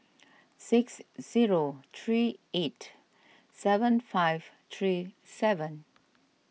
six zero three eight seven five three seven